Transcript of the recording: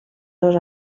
dos